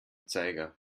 zeiger